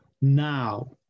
now